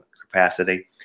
capacity